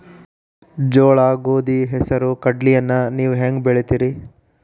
ಜೋಳ, ಗೋಧಿ, ಹೆಸರು, ಕಡ್ಲಿಯನ್ನ ನೇವು ಹೆಂಗ್ ಬೆಳಿತಿರಿ?